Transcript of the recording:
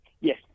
Yes